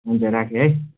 हुन्छ राखेँ है